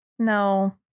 No